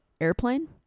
airplane